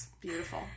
Beautiful